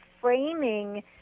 framing